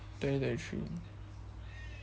twenty twenty three